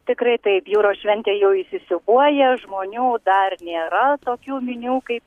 tikrai taip jūros šventė jau įsisiūbuoja žmonių dar nėra tokių minių kaip